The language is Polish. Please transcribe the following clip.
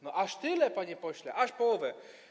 No aż tyle, panie pośle, aż połowę.